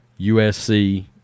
USC